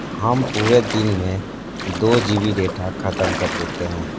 हम पूरे दिन में दो जी बी डेटा खत्म कर देते हैं